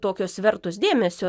tokios vertos dėmesio